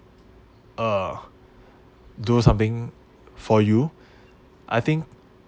uh do something for you I think